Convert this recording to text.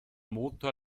motor